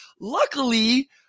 Luckily